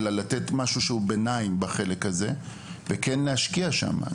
אלא לתת משהו שהוא ביניים בחלק הזה וכן להשקיע שמה.